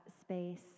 space